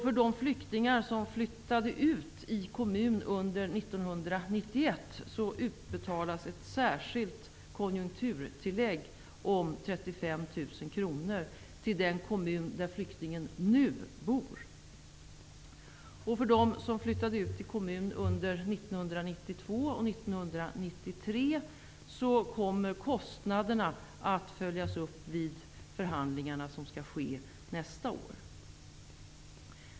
För de flyktingar som flyttade ut i kommun under 1991 utbetalas ett särskilt konjunkturtillägg om 35 000 kr till den kommun där flyktingen nu bor. För dem som flyttade ut i kommun under 1992 och 1993 kommer kostnaderna att följas upp vid förhandlingarna som skall ske nästa år.